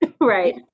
right